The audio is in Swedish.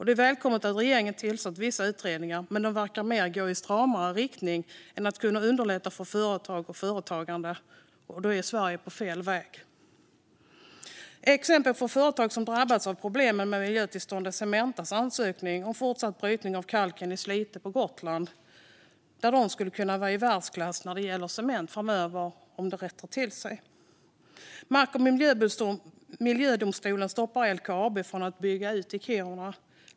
Det är välkommet att regeringen har tillsatt vissa utredningar, men de verkar gå i stramare riktning än att underlätta för företag och företagande. Då är Sverige på fel väg. Ett exempel på att ett företag har drabbats av problem med miljötillstånd är Cementas ansökan om fortsatt brytning av kalken i Slite på Gotland. Cementa skulle kunna vara i världsklass när det gäller cement om det hela rättar till sig. Mark och miljödomstolen stoppar LKAB från att bygga ut i Kiruna.